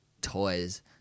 toys